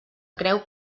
creu